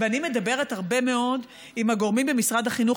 ואני מדברת הרבה מאוד עם הגורמים במשרד החינוך,